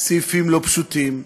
סעיפים לא פשוטים,